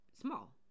small